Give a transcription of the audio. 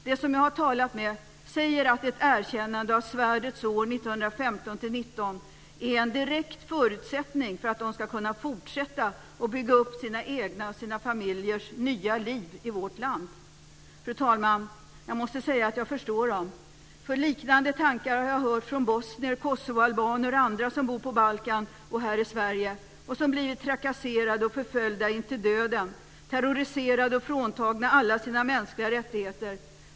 De som jag har talat med säger att ett erkännande av svärdets år 1915-1919 är en direkt förutsättning för att de ska kunna fortsätta och bygga upp sina egna och sina familjers nya liv i vårt land. Fru talman! Jag måste säga att jag förstår dem. Liknande tankar har jag hört från bosnier, kosovoalbaner och andra som bor på Balkan och här i Sverige och som blivit trakasserade och förföljda intill döden och terroriserade och fråntagna alla sina mänskliga rättigheter.